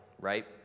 right